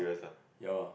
ya lah